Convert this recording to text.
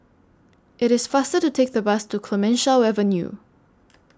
IT IS faster to Take The Bus to Clemenceau Avenue